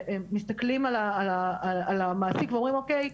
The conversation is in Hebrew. שמסתכלים על המעסיק ואומרים "..אוקיי,